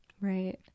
right